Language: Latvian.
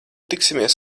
tiksimies